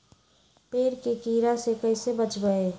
पेड़ के कीड़ा से कैसे बचबई?